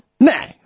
Nah